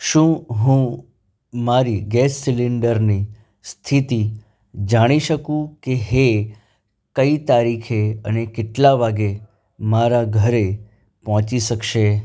શું હું મારી ગેસ સિલિન્ડરની સ્થિતિ જાણી શકું કે હે કઈ તારીખે અને કેટલા વાગે મારા ઘરે પહોંચી શકશે